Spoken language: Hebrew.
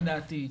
לדעתי,